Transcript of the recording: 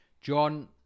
John